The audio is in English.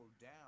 down